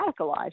radicalized